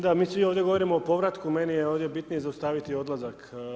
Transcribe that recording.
Da, mi svi ovdje govorimo o povratku meni je ovdje bitnije izostaviti odlazak.